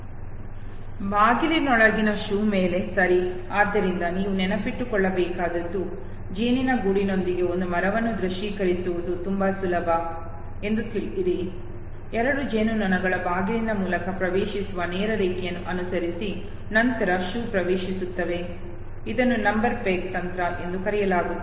ಬಾಗಿಲಿನೊಳಗಿನ shoe ಮೇಲೆ ಸರಿ ಆದ್ದರಿಂದ ನೀವು ನೆನಪಿಟ್ಟುಕೊಳ್ಳಬೇಕಾದದ್ದು ಜೇನುಗೂಡಿನೊಂದಿಗೆ ಒಂದು ಮರವನ್ನು ದೃಶ್ಯೀಕರಿಸುವುದು ತುಂಬಾ ಸುಲಭ ಎಂದು ತಿಳಿಯಿರಿ ಎರಡು ಜೇನುನೊಣಗಳು ಬಾಗಿಲಿನ ಮೂಲಕ ಪ್ರವೇಶಿಸುವ ನೇರ ರೇಖೆಯನ್ನು ಅನುಸರಿಸಿ ನಂತರ ಶೂ ಪ್ರವೇಶಿಸುತ್ತವೆ ಇದನ್ನು ನಂಬರ್ ಪೆಗ್ ತಂತ್ರ ಎಂದು ಕರೆಯಲಾಗುತ್ತದೆ